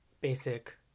basic